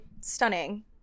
Stunning